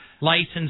licensed